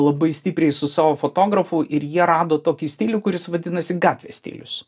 labai stipriai su savo fotografu ir jie rado tokį stilių kuris vadinasi gatvės stilius